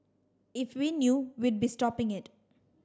if we knew we'd be stopping it